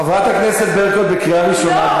חברת הכנסת ברקו, זו קריאה ראשונה.